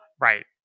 right